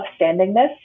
upstandingness